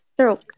stroke